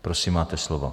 Prosím, máte slovo.